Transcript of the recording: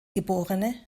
geb